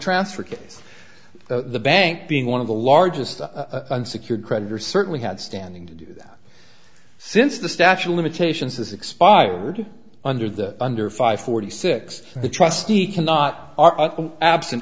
transfer case the bank being one of the largest secured creditors certainly had standing to do that since the statue of limitations has expired under the under five forty six the trustee cannot absent